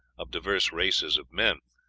of diverse races of men,